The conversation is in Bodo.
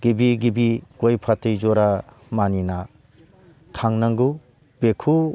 गिबि गिबि गय फाथै ज'रा मानिना थांनांगौ बेखौ